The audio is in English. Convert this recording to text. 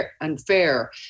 unfair